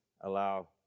allow